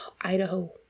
Idaho